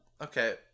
okay